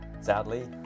Sadly